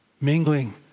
mingling